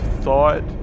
thought